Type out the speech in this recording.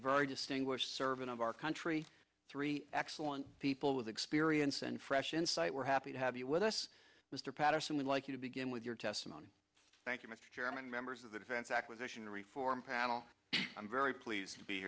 very distinguished servant of our country three excellent people with experience and fresh insight we're happy to have you with us mr patterson we'd like you to begin with your testimony thank you mr chairman members of the defense acquisition reform panel i'm very pleased to be